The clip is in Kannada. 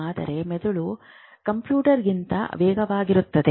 ಆದರೆ ಮೆದುಳು ಕಂಪ್ಯೂಟರ್ಗಿಂತ ವೇಗವಾಗಿರುತ್ತದೆ